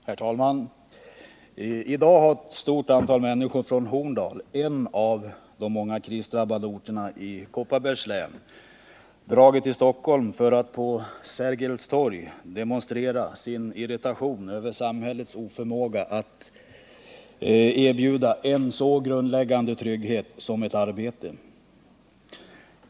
Herr talman! I dag har ett stort antal människor från Horndal, en av de många krisdrabbade orterna i Kopparbergs län, dragit till Stockholm för att på Sergels torg demonstrera sin irritation över samhällets oförmåga att erbjuda en så grundläggande trygghet som ett arbete.